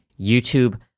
YouTube